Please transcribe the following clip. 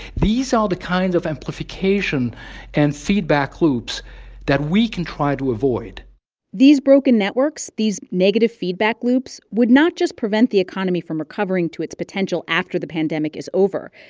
these are the kinds of amplification amplification and feedback loops that we can try to avoid these broken networks, these negative feedback loops, would not just prevent the economy from recovering to its potential after the pandemic is over.